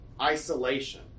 isolation